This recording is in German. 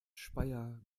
speyer